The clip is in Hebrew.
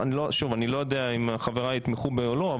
אני לא יודע אם חבריי יתמכו בי או לא,